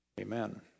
Amen